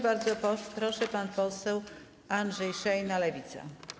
Bardzo proszę, pan poseł Andrzej Szejna, Lewica.